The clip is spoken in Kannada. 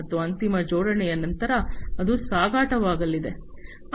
ಮತ್ತು ಅಂತಿಮ ಜೋಡಣೆಯ ನಂತರ ಅದು ಸಾಗಾಟವಾಗಲಿದೆ